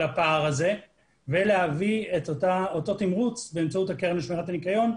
הפער הזה ולהביא את אותו תמרוץ באמצעות הקרן לשמירת הניקיון.